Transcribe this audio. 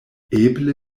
eble